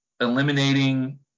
eliminating